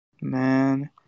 Man